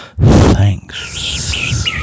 Thanks